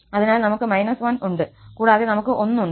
അതിനാൽ നമുക്ക് −1 ഉണ്ട് കൂടാതെ നമുക് 1 ഉണ്ട്